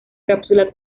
cápsula